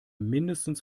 mindestens